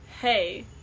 hey